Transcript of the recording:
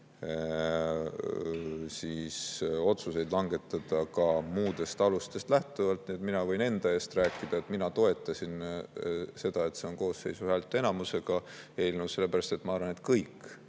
neid otsuseid langetada ka muudest alustest lähtuvalt. Mina võin enda eest rääkida. Mina toetasin seda, et see on koosseisu häälteenamust [nõudev] eelnõu, sellepärast et ma arvan, et kõik